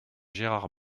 gérard